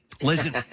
Listen